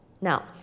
now